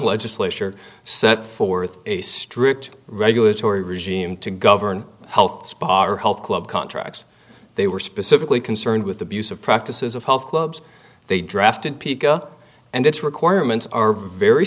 legislature set forth a strict regulatory regime to govern health spa or health club contracts they were specifically concerned with abusive practices of health clubs they drafted piqua and it's requirements are very